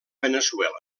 veneçuela